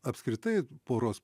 apskritai poros